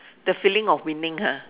the feeling of winning ha